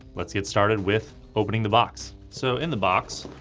let's get started with opening the box. so in the box,